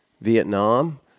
Vietnam